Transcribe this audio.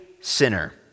sinner